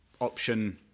option